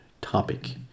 topic